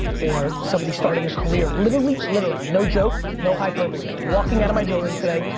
or somebody starting a career. literally, literally no joke. no hyperbole. walking out of my building today,